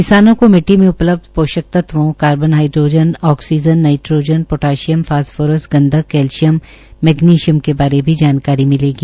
किसानों को मिट्टी में उपलब्ध पोषक तत्वों carbon hydrogen oxygen nitrogen potassium phosphorus गंधक कैल्शियम मैगनिशियम के बारे जानकारी मिलेगी